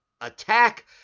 attack